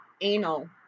anal